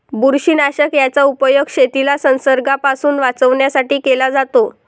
बुरशीनाशक याचा उपयोग शेतीला संसर्गापासून वाचवण्यासाठी केला जातो